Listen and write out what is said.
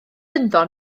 ynddo